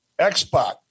Xbox